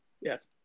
Yes